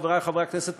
חברי חברי הכנסת,